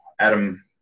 Adam